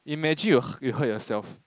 imagine you hurt yourself